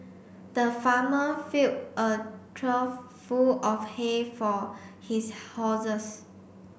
the farmer fill a trough full of hay for his horses